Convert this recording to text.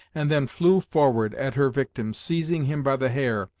and then flew forward at her victim, seizing him by the hair,